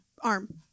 Arm